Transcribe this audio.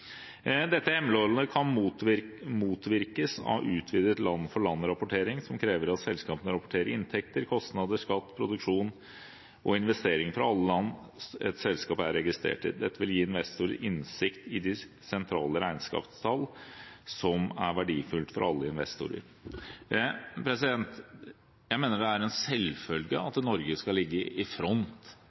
Dette hemmeligholdetkan motvirkes av utvidet land-for-land-rapportering, som krever at selskapene rapporterer inntekter, kostnader, skatt, produksjon og investering fra alle land et selskap er registrert i. Dette vil gi investorer innsikt i de sentrale regnskapstall, som er verdifullt for alle investorer. Jeg mener det er en selvfølge at Norge skal ligge i front